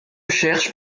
cherche